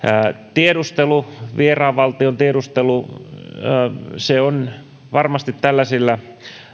tiedustelu vaikka vieraan valtion tiedustelu on varmasti tällaisilla